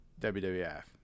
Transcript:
WWF